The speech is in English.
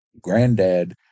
Granddad